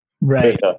right